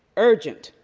urgent,